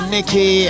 Nikki